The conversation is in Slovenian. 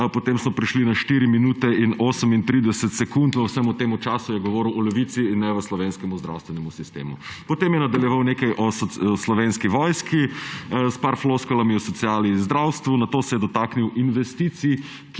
potem so prišli na 4 minute in 38 sekund, v vsem tem času je govoril o Levici, ne o slovenskem zdravstvenem sistemu. Potem je nadaljeval nekaj o Slovenski vojski z nekaj floskulami o sociali in zdravstvu, nato se je dotaknil investicij,